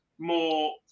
more